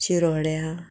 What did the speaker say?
शिरोड्या